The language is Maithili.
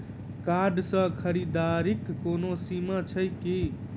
कार्ड सँ खरीददारीक कोनो सीमा छैक की?